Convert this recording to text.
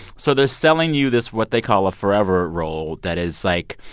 so they're selling you this what they call a forever roll that is, like,